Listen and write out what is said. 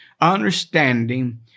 understanding